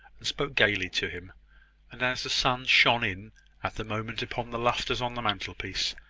and spoke gaily to him and, as the sun shone in at the moment upon the lustres on the mantelpiece,